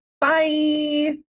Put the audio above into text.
Bye